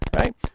Right